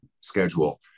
schedule